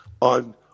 on